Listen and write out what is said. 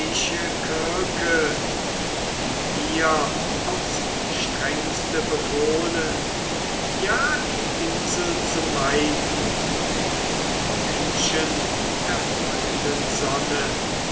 die mir aufs strengste befohlen ja die insel zu meiden der menschenerfreuenden sonne